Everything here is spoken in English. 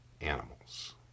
animals